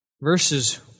verses